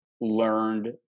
learned